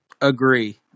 Agree